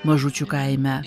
mažučių kaime